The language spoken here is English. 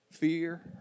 Fear